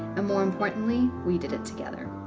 ah more importantly, we did it together.